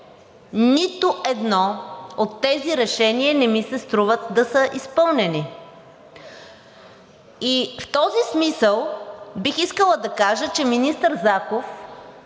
нито едно от тези решения не ми се струва да е изпълнено. В този смисъл бих искала да кажа, че министър Заков